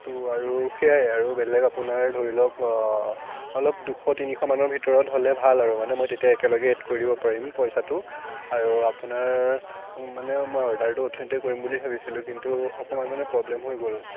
ত' আৰু সেয়াই আৰু বেলেগ আপোনাৰ ধৰি লওক অলপ দুশ তিনিশ মানৰ ভিতৰত হ'লে ভাল আৰু মানে মই তেতিয়া একেলগে এড কৰি দিব পাৰিম পইচাটো আৰু আপোনাৰ মানে মই অৰ্ডাৰটো অথনিতে কৰিম বুলি ভাবিছিলোঁ কিন্তু অকণমান মানে প্ৰব্লেম হৈ গ'ল